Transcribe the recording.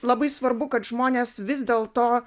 labai svarbu kad žmonės vis dėlto